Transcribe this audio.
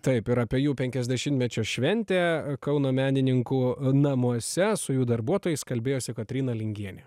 taip ir apie jų penkiasdešimtmečio šventę kauno menininkų namuose su jų darbuotojais kalbėjosi kotryna lingienė